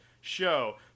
show